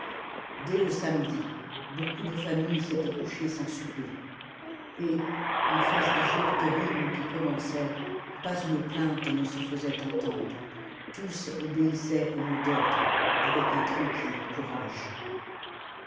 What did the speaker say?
dès le samedi beaucoup de familles s'étaient couchées sans souper et en face des jours terribles qui commençaient pas une plainte ne se faisait entendre tous obéissaient au mot d'ordre avec un tranquille courage